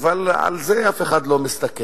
אבל על זה אף אחד לא מסתכל.